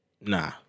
Nah